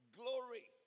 glory